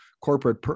corporate